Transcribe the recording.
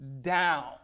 down